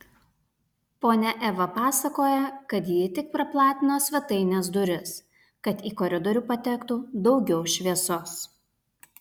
ponia eva pasakoja kad ji tik praplatino svetainės duris kad į koridorių patektų daugiau šviesos